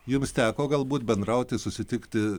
jums teko galbūt bendrauti susitikti